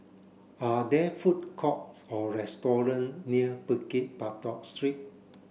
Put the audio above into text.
are there food courts or restaurant near Bukit Batok Street